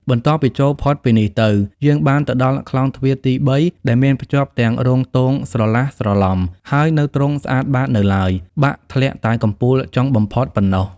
បន្ទាប់ពីចូលផុតពីនេះទៅយើងបានទៅដល់ខ្លោងទ្វារទី ៣ ដែលមានភ្ជាប់ទាំងរោងទងស្រឡះស្រឡំ ហើយនៅទ្រង់ស្អាតបាតនៅឡើយ បាក់ធ្លាក់តែកំពូលចុងបំផុតប៉ុណ្ណោះ ។